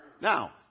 Now